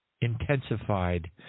intensified